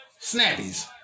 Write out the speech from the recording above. Snappies